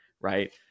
right